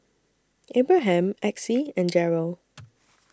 Abraham Exie and Jerrel